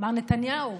מר נתניהו,